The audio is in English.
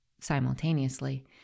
simultaneously